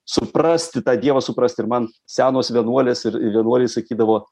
suprasti tą dievą suprasti ir man senos vienuolės ir vienuoliai sakydavo